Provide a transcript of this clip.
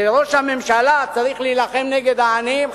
כשראש הממשלה צריך להילחם נגד העניים,